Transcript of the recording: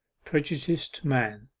prejudiced man,